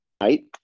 Right